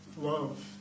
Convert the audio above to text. love